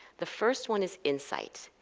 the first one is insight.